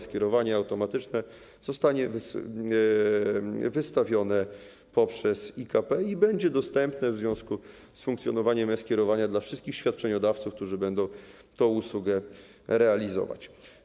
Skierowanie automatycznie zostanie wystawione poprzez IKP i będzie dostępne w związku z funkcjonowaniem e-skierowania dla wszystkich świadczeniodawców, którzy będą tę usługę realizować.